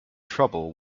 trouble